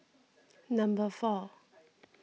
number four